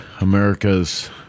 America's